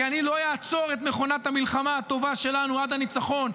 כי אני לא אעצור את מכונת המלחמה הטובה שלנו עד הניצחון,